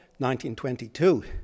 1922